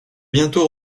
bientôt